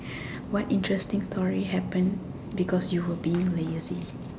what interesting story happened because you were being lazy